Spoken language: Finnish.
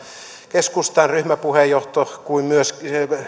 keskustan ryhmäpuheenjohto kuin myös